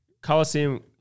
Coliseum